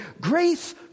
grace